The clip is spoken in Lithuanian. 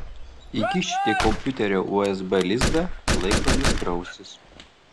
įkišite į kompiuterio usb lizdą laikrodis krausis